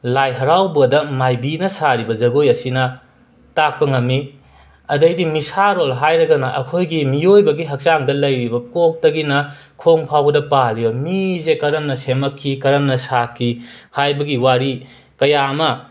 ꯂꯥꯏ ꯍꯔꯥꯎꯕꯗ ꯃꯥꯏꯕꯤꯅ ꯁꯥꯔꯤꯕ ꯖꯒꯣꯏ ꯑꯁꯤꯅ ꯇꯥꯛꯄ ꯉꯝꯃꯤ ꯑꯗꯩꯗꯤ ꯃꯤꯁꯥꯔꯣꯜ ꯍꯥꯏꯔꯒꯅ ꯑꯩꯈꯣꯏꯒꯤ ꯃꯤꯑꯣꯏꯕꯒꯤ ꯍꯛꯆꯥꯡꯗ ꯂꯩꯔꯤꯕ ꯀꯣꯛꯇꯒꯤꯅ ꯈꯣꯡ ꯐꯥꯎꯕꯗ ꯄꯥꯜꯂꯤꯕ ꯃꯤꯖꯦ ꯀꯔꯝꯅ ꯁꯦꯝꯃꯛꯈꯤ ꯀꯔꯝꯅ ꯁꯥꯈꯤ ꯍꯥꯏꯕꯒꯤ ꯋꯥꯔꯤ ꯀꯌꯥ ꯑꯃ